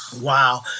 Wow